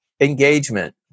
engagement